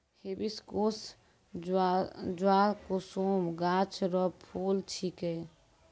hibiscus जवाकुसुम गाछ रो फूल छिकै